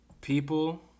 People